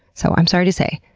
so, i'm sorry to say,